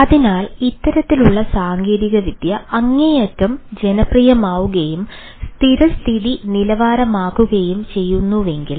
അതിനാൽ ഇത്തരത്തിലുള്ള സാങ്കേതികവിദ്യ അങ്ങേയറ്റം ജനപ്രിയമാവുകയും സ്ഥിരസ്ഥിതി നിലവാരമാക്കുകയും ചെയ്യുന്നുവെങ്കിൽ